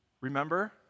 Remember